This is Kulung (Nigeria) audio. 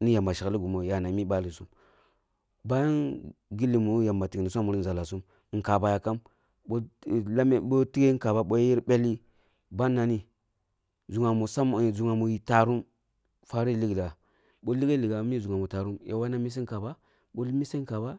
ni yamba shekli gimi ya mi balisum. Bayam gilli mi yamba tikni ah muri nz’alahsum, nkaba yakam boh lame boh tighe boh lamug boh yer belli, ban nani zugha mi ferum, ya wawuna miseh kaba, boh miseh nbaba.